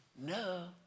No